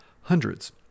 hundreds